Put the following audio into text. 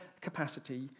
capacity